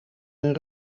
een